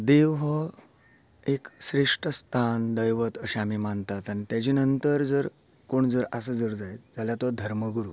देव हो एक श्रेष्ट आसता आनी दैवत अशे आमी मानतात तेजे नंतर जर कोण जर आसा जर जायत जाल्यार तो धर्मगुरू